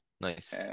nice